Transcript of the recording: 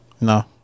No